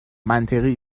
منطقی